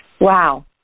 Wow